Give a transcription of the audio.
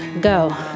Go